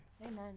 Amen